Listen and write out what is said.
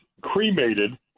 cremated